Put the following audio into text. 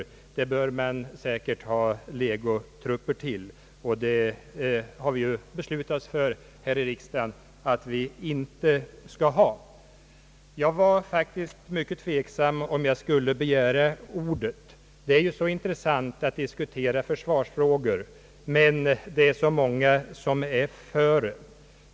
Till sådana bör man säkert ha legotrupper — och vi har ju här i riksdagen beslutat oss för att inte organisera någon sådan armé. Jag var faktiskt mycket tveksam om jag skulle begära ordet. Att diskutera försvarsfrågor är synnerligen intressant, men många har redan haft ordet.